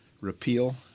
Repeal